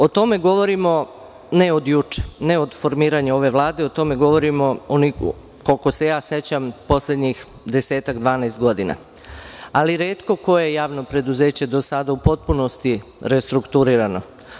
O tome govorimo ne od juče, ne od formiranje ove vlade, o tome govorimo, koliko se sećam, poslednjih 10–12 godina, ali retko koje javno preduzeće je do sada u potpunosti restrukturirano.